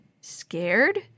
Scared